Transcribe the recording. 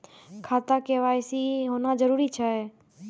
खाता में के.वाई.सी होना जरूरी छै?